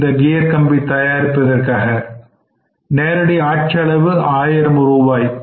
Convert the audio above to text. இந்த கியர் கம்பி தயாரிப்பதற்காக நேரடி ஆட்செலவு ரூபாய் 1000